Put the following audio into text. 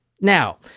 now